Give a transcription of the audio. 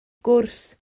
gwrs